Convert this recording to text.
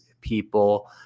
people